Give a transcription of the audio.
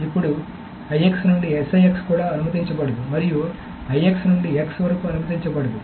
ఇప్పుడు IX నుండి SIX కూడా అనుమతించబడదు మరియు IX నుండి X వరకు అనుమతించబడదు